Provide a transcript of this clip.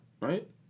right